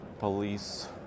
police